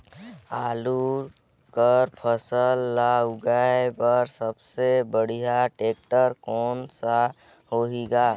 आलू कर फसल ल लगाय बर सबले बढ़िया टेक्टर कोन सा होही ग?